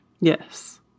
Yes